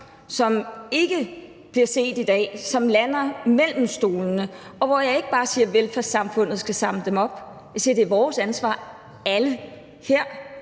som ikke bliver set i dag, som lander mellem stolene, og hvor jeg ikke bare siger, at velfærdssamfundet skal samle dem op. Jeg siger, at det er vores ansvar, også alle her,